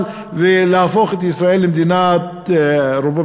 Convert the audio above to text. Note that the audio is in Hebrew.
ולהפוך את ישראל למדינה רפובליקנית,